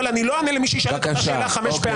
אבל אני לא אענה למי שישאל את אותה שאלה חמש פעמים.